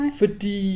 fordi